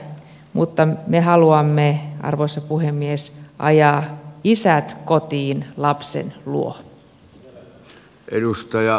mutta me haluamme arvoisa puhemies ajaa isät kotiin lapsen luo